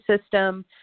system